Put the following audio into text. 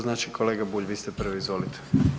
Znači kolega Bulj, vi ste prvi, izvolite.